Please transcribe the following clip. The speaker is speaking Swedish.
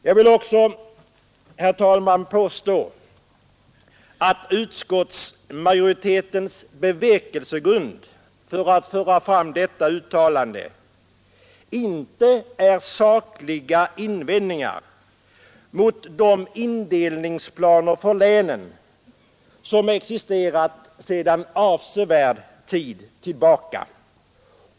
Jag vill också, herr talman, påstå att utskottsmajoritetens bevekelse grund för att föra fram detta uttalande icke är sakliga invändningar mot de indelningsplaner för länen som existerar sedan avsevärd tid tillbaka.